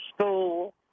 school